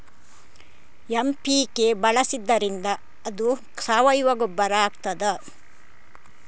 MPK ಬಳಸಿದ್ದರಿಂದ ಅದು ಸಾವಯವ ಗೊಬ್ಬರ ಆಗ್ತದ?